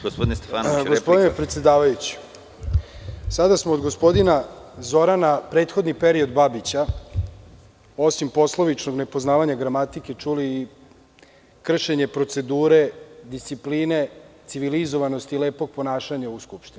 Gospodine predsedavajući, sada smo od gospodina Zorana, prethodni period, Babića osim poslovičkog nepoznavanja gramatike čuli i kršenje procedure, discipline, civilizovanosti i lepog ponašanja u Skupštini.